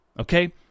Okay